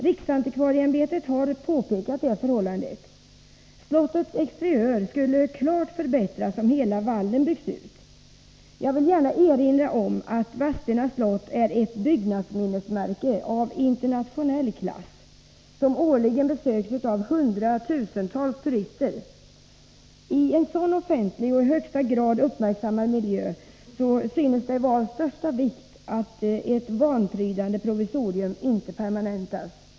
Riksantikvarieämbetet har påpekat detta förhållande. Slottets exteriör skulle klart förbättras om hela vallen byggs ut. Jag vill gärna erinra om att Vadstena slott är ett byggnadsminnesmärke av internationell klass, som årligen besöks av hundratusentals turister. I en sådan offentlig och i högsta grad uppmärksammad miljö synes det vara av största vikt att ett vanprydande provisorium inte permanentas.